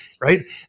Right